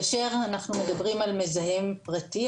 כאשר אנחנו מדברים על מזהם פרטי,